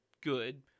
good